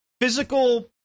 physical